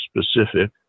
specific